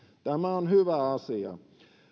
tämä on hyvä asia